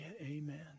amen